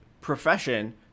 profession